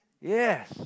Yes